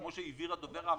כפי שהבהיר הדובר האחרון.